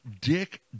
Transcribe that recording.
Dick